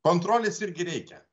kontrolės irgi reikia